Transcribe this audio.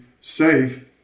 safe